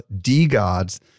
D-Gods